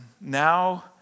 now